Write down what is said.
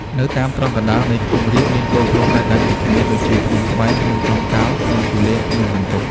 នៅតាមទ្រង់កណ្តាលនៃខ្ពង់រាប មានកូនភ្នំដាច់ៗពីគ្នា ដូចជា ភ្នំត្បែង ភ្នំចុងកាល់ ភ្នំគូលែន ភ្នំសន្ទុក។